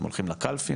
הם הולכים לקלפי,